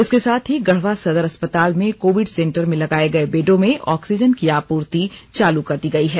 इसके साथ ही गढ़वा सदर अस्पताल में कोविड सेंटर में लगाये गये बेडों में ऑक्सीजन की आपूर्ति चालू कर दी गयी है